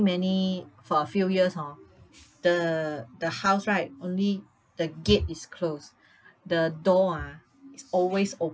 many for a few years hor the the house right only the gate is closed the door is always open